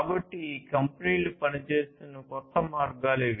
కాబట్టి ఈ కంపెనీలు పనిచేస్తున్న కొత్త మార్గాలు ఇవి